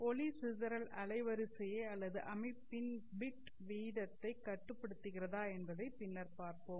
ஒளி சிதறல் அலைவரிசையை அல்லது அமைப்பின் பிட் வீதத்தை கட்டுப்படுத்துகிறதா என்பதை பின்னர் பார்ப்போம்